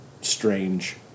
strange